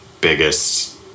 biggest